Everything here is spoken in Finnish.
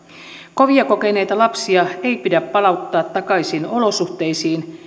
kovia kokeneita lapsia ei pidä palauttaa takaisin olosuhteisiin